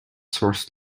sourced